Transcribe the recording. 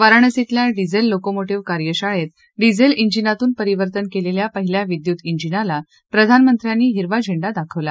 वाराणसीतल्या diesel locomotive कार्यशाळेत diesel इंजिनातून परीवर्तन केलेल्या पहिल्या विद्युत इंजिनाला प्रधानमंत्र्यांनी हिरवा झेंडा दाखवला